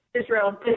Israel